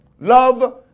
Love